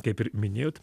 kaip ir minėjot